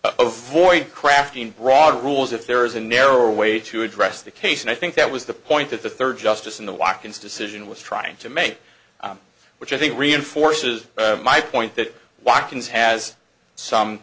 avoid crafting broad rules if there is a narrower way to address the case and i think that was the point that the third justice in the walk ins decision was trying to make which i think reinforces my point that walk ins has some